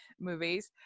movies